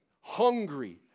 hungry